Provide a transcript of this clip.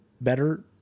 better